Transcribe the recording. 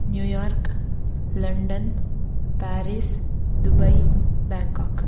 New York landon Paris Dubai bank cock